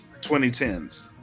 2010s